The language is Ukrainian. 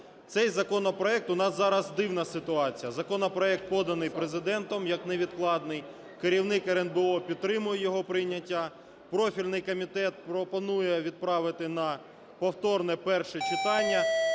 Цей законопроект, у нас зараз дивна ситуація, законопроект, поданий Президентом, як невідкладний, керівник РНБО підтримує його прийняття, профільний комітет пропонує відправити на повторне перше читання.